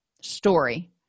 story